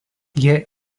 jie